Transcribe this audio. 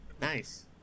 Nice